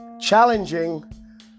challenging